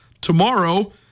tomorrow